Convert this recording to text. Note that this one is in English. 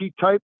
type